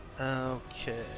Okay